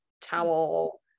towel